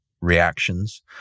reactions